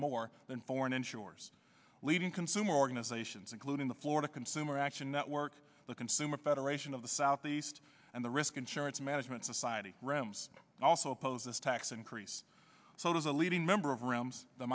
more than borne insurers leading consumer organizations including the florida consumer action network the consumer federation of the southeast and the risk insurance management society rems also oppose this tax increase so as a leading member of around the